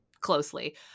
closely